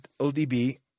ODB